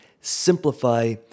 simplify